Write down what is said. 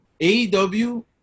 AEW